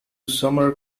sumner